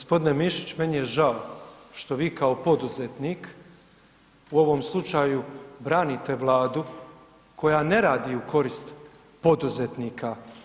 Gospodine Mišić meni je žao što vi kao poduzetnik u ovom slučaju branite Vladu koja ne radi u korist poduzetnika.